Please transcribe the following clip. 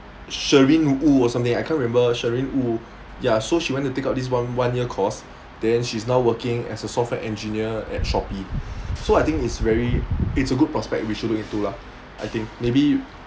sherine wu or something I can't remember sherine wu ya so she went to take up this one one year course then she's now working as a software engineer at Shopee so I think it's very it's a good prospect we should look into lah I think maybe